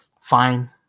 Fine